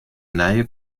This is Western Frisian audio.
nije